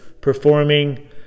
performing